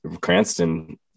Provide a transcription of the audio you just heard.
Cranston